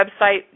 website